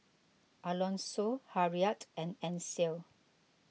Alonso Harriett and Ansel